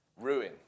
ruin